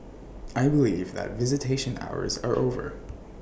I believe that visitation hours are over